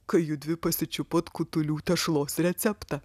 kai judvi pasičiupot kutulių tešlos receptą